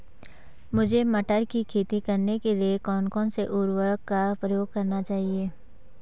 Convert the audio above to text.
मुझे मटर की खेती करने के लिए कौन कौन से उर्वरक का प्रयोग करने चाहिए?